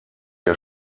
der